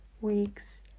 week's